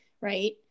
right